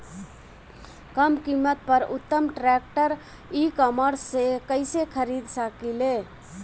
कम कीमत पर उत्तम ट्रैक्टर ई कॉमर्स से कइसे खरीद सकिले?